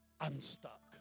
Unstuck